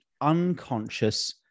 unconscious